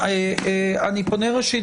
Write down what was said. אני פונה ראשית